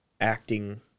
acting